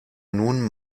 nun